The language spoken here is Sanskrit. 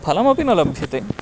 फलमपि न लभ्यते